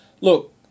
Look